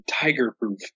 Tiger-proof